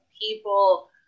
people